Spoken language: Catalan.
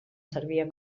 servia